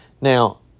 now